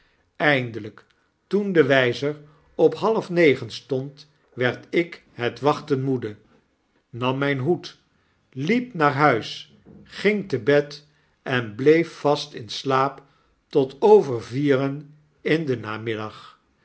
eindelyk toen de wyzer op halfnegen stond werd ik het wachten moede nam myn hoed liep naar huis ging te bed en bleef vast in slaap tot over vieren in den namiddag